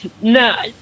no